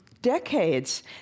Decades